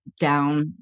down